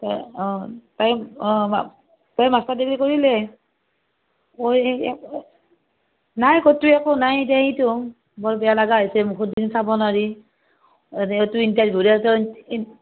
তাই অঁ তাই অঁ তাই মাষ্টাৰ ডিগ্ৰী কৰিলে নাই ক'তো একো নাই তাইতো বৰ বেয়া লাগা হৈছে মুখৰ দিগি চাব নোৱাৰি যিহেতু ইণ্টাৰভিউ তেহেঁতৰ